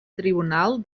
tribunal